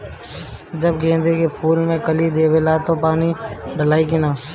जब गेंदे के फुल कली देवेला तब पानी डालाई कि न?